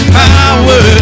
power